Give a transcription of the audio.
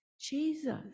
Jesus